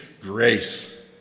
Grace